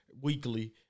Weekly